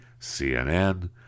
CNN